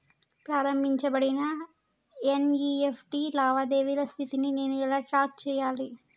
ప్రారంభించబడిన ఎన్.ఇ.ఎఫ్.టి లావాదేవీల స్థితిని నేను ఎలా ట్రాక్ చేయాలి?